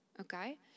Okay